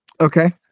Okay